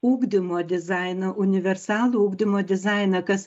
ugdymo dizainą universalų ugdymo dizainą kas